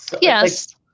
Yes